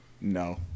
no